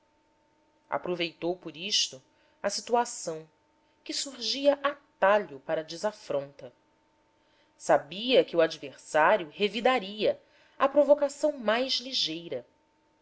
aproveitou por isto a situação que surgia a talho para a desafronta sabia que o adversário revidaria à provocação mais ligeira